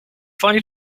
funny